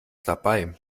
dabei